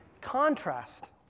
contrast